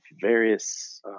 various